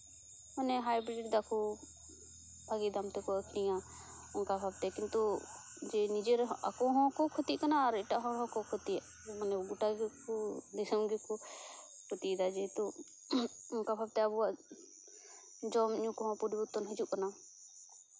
ᱢᱟᱱᱮ ᱦᱟᱭᱵᱨᱤᱰ ᱫᱟᱠᱚ ᱵᱷᱟᱜᱮ ᱫᱟᱢ ᱛᱮᱠᱚ ᱟᱠᱷᱨᱤᱧᱟ ᱚᱝᱠᱟ ᱵᱷᱟᱵᱛᱮ ᱠᱤᱱᱛᱩ ᱱᱤᱡᱮᱨ ᱟᱠᱚ ᱦᱚᱸᱠᱚ ᱠᱷᱩᱛᱤᱜ ᱠᱟᱱᱟ ᱟᱨ ᱮᱴᱟᱜ ᱦᱚᱲ ᱦᱚᱸᱠᱚ ᱠᱷᱩᱛᱤᱭᱮᱫ ᱢᱟᱱᱮ ᱜᱚᱴᱟ ᱜᱮᱠᱚ ᱫᱤᱥᱚᱢ ᱜᱮᱠᱚ ᱠᱷᱩᱛᱤᱭᱫ ᱡᱮᱦᱮᱛᱩ ᱚᱝᱠᱟ ᱵᱷᱟᱵᱛᱮ ᱟᱵᱚᱣᱟᱜ ᱡᱚᱢᱼᱧᱩ ᱠᱚᱦᱚᱸ ᱯᱚᱨᱤᱵᱚᱨᱛᱚᱱ ᱦᱤᱡᱩᱜ ᱠᱟᱱᱟ